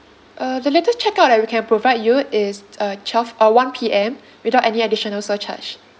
uh the latest check out that we can provide you is uh twelve uh one P_M without any additional surcharge